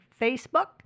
Facebook